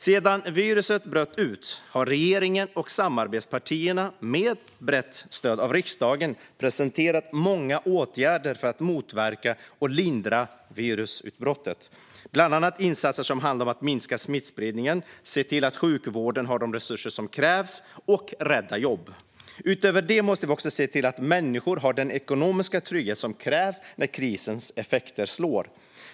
Sedan viruset bröt ut har regeringen och samarbetspartierna med brett stöd av riksdagen presenterat många åtgärder för att motverka och lindra virusutbrottet, bland annat insatser som handlar om att minska smittspridningen, se till att sjukvården har de resurser som krävs och rädda jobb. Utöver det måste vi också se till att människor har den ekonomiska trygghet som krävs när krisens effekter slår till.